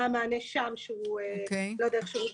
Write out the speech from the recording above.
מה המענה שם שהוא לא דרך שירות